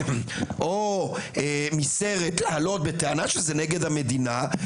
או מסרט להעלות בטענה שזה נגד המדינה,